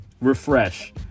refresh